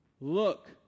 Look